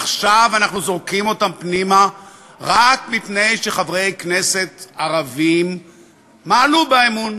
עכשיו אנחנו זורקים אותם פנימה רק מפני שחברי כנסת ערבים מעלו באמון.